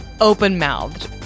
open-mouthed